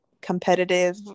competitive